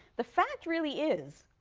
the fact really is,